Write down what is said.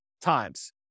times